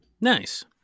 Nice